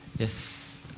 Yes